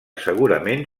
segurament